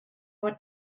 what